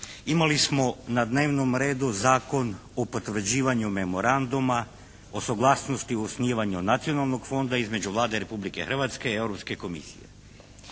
imali smo na dnevnom redu Zakon o potvrđivanju memoranduma o suglasnosti o osnivanju Nacionalnog fonda između Vlade Republike Hrvatske i Europske komisije.